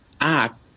act